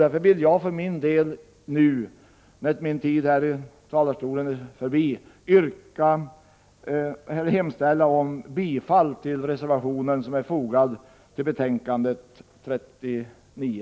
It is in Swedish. Därför vill jag för min del nu när min taletid är slut hemställa om bifall till den reservation som är fogad till betänkande 39.